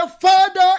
Father